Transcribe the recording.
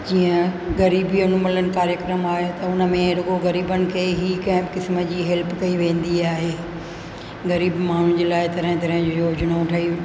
जीअं ग़रीबी अनुमलन कार्यक्रम आहे त उन में रुगो ग़रीबनि खे ई कंहिं क़िस्म जी हैल्प कई वेंदी आहे ग़रीब माण्हुनि जे लाइ तरह तरह जो योजनाऊं ठहियूं